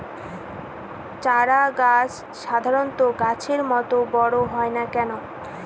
চারা গাছ সাধারণ গাছের মত বড় হয় না কেনো?